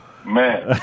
Man